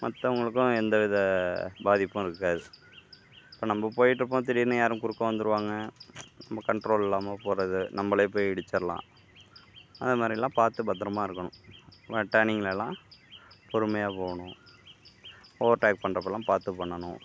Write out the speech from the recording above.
மத்தவங்களுக்கும் எந்தவித பாதிப்பும் இருக்காது இப்போ நம்ம போய்ட்டு இருப்போம் திடீர்னு யாரும் குறுக்கே வந்துடுவாங்க நம்ம கண்ட்ரோல் இல்லாமல் போகிறது நம்மளே போய் இடிச்சிடலாம் அதை மாதிரியெல்லாம் பார்த்து பத்திரமா இருக்கணும் டர்னிங்கிலலாம் பொறுமையாக போ ணும் ஓவர்டேக் பண்ணுறப்பெல்லாம் பார்த்து பண்ணணும்